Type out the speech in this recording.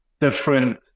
different